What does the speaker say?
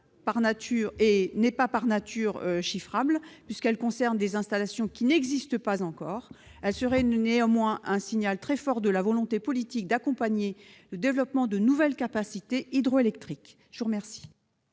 n'est pas chiffrable puisqu'elle concerne des installations qui n'existent pas encore. Elle constituerait néanmoins un signal très fort de la volonté politique d'accompagner le développement de nouvelles capacités hydroélectriques. L'amendement